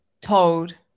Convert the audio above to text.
told